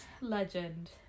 legend